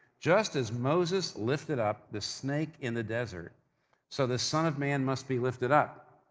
just as moses lifted up the snake in the desert so the son of man must be lifted up,